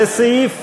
סעיף